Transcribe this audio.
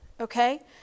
okay